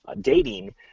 dating